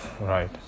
right